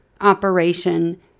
operation